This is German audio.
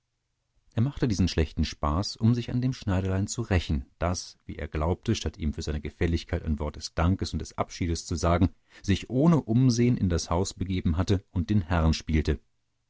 er machte diesen schlechten spaß um sich an dem schneiderlein zu rächen das wie er glaubte statt ihm für seine gefälligkeit ein wort des dankes und des abschiedes zu sagen sich ohne umsehen in das haus begeben hatte und den herrn spielte